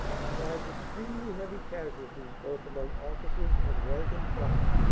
besides extremely heavy casual ties both among officers and rank and file,